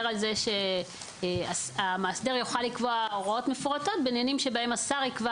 על זה שהמאסדר יוכל לקבוע הוראות מפורטות בעניינים שבהם השר יקבע